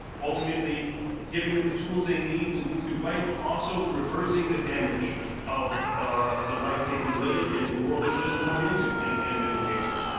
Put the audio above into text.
ultimately giving them the tools they need to move through life but also reversing the damage of ah the life they've been living and the world they were just born into um in many cases.